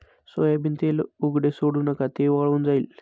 soybean तेल उघडे सोडू नका, ते वाळून जाईल